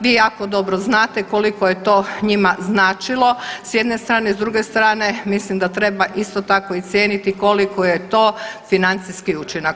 Vi jako dobro znate koliko je to njima značilo s jedne strane, s druge strane mislim da treba isto tako i cijeniti koliki je to financijski učinak.